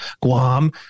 Guam